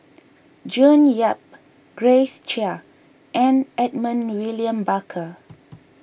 June Yap Grace Chia and Edmund William Barker